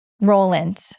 roland